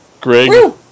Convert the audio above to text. Greg